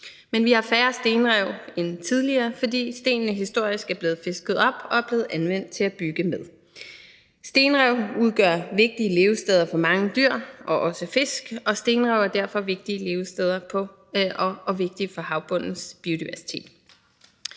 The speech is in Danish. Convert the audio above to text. men vi har færre stenrev end tidligere, fordi stenene historisk er blevet fisket op og er blevet anvendt til at bygge med. Stenrev udgør vigtige levesteder for mange dyr og også fisk, og stenrev er derfor vigtige levesteder og vigtige for havbundens biodiversitet.